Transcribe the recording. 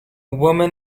woman